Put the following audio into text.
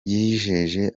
yijeje